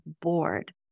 bored